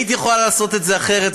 היית יכולה לעשות את זה אחרת,